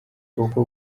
uku